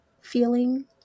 feeling